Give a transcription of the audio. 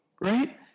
Right